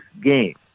game